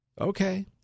Okay